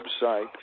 website